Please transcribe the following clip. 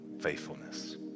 faithfulness